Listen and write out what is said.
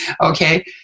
Okay